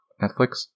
Netflix